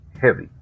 heavy